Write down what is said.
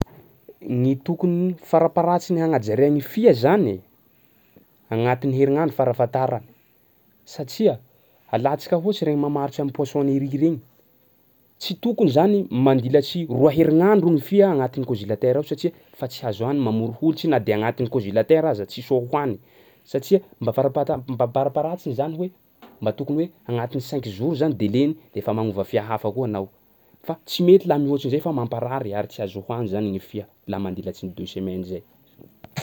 Ny tokony farapaharatsiny agnajia ny fia zany agnatin'ny herignandro farafahatarany satsia alantsika ohatsy regny mamarotry am'poisonnerie regny, tsy tokony zany mandilatsy roa herignandro ny fia agnatin'ny congelatera ao satsia fa tsy azo hohany mamory holitsy na de agnatin'ny congelatera aza tsisy hohany satsia mba farapata- mba mparapaharatsiny zany hoe mba tokony hoe agnatin'ny conq jours ny délai-ny de fa magnova fia hafa koa anao, fa tsy mety laha mihoatsy zay fa mampaharary ary tsy azo hohany zany ny fia laha mandilatsy ny deux semaines zay.